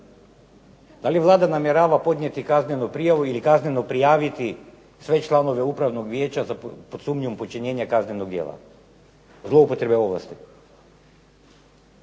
Da li Vlada namjerava podnijeti kaznenu prijavu ili kazneno prijaviti sve članove Upravnog vijeća pod sumnjom počinjenja kaznenog djela zloupotrebe ovlasti?